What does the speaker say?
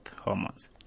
hormones